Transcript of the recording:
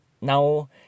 Now